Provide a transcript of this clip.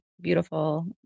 beautiful